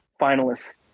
finalists